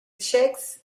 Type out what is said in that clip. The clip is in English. czechs